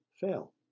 fail